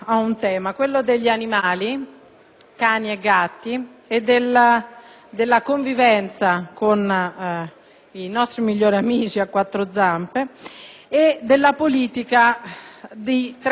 nostra convivenza con i nostri migliori amici a quattro zampe e della politica di Trenitalia, monopolista del trasporto pubblico su rotaia.